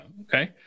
okay